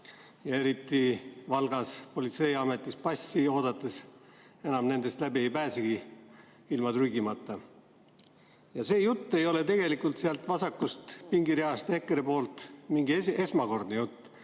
eriti Valgas politseiametis passi oodates enam nendest läbi ei pääsegi ilma trügimata. See jutt ei ole tegelikult sealt vasakust pingireast EKRE poolt mingi esmakordne jutt.